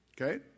Okay